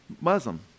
Muslim